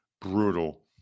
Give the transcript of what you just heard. brutal